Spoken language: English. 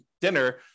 dinner